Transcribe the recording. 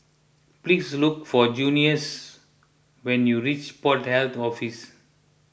please look for Junious when you reach Port Health to Office